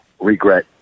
regret